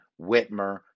Whitmer